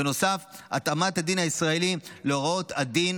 בנוסף, התאמת הדין הישראלי להוראות הדין